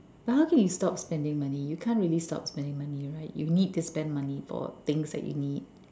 but how can you stop spending money you can't really stop spending money right you need to spend money for things that you need